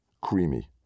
creamy